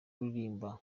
kuririmba